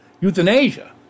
euthanasia